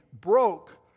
broke